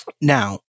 Now